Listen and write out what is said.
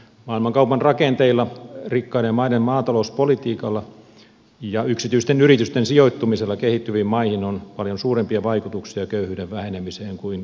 maailmankaupan rakenteilla rikkaiden maiden maatalouspolitiikalla ja yksityisten yritysten sijoittumisella kehittyviin maihin on paljon suurempia vaikutuksia köyhyyden vähenemiseen kuin kehitysavulla